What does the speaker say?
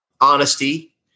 honesty